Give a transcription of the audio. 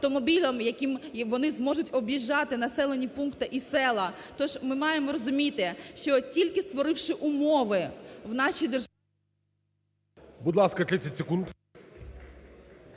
автомобілем, яким вони зможуть об'їжджати населені пункти і села. То ж ми маємо розуміти, що тільки створивши умови, в нашій державі… ГОЛОВУЮЧИЙ. Будь ласка, 30 секунд.